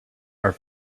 are